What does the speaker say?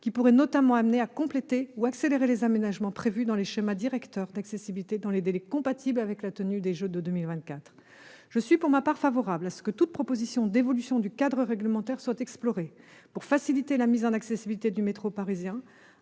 qui pourraient notamment amener à compléter ou accélérer les aménagements prévus dans les schémas directeurs d'accessibilité dans des délais compatibles avec la tenue des Jeux en 2024. Je suis, pour ma part, favorable à ce que toute proposition d'évolution du cadre réglementaire soit explorée pour faciliter la mise en accessibilité du métro parisien.